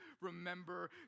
remember